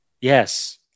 Yes